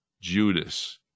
Judas